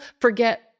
forget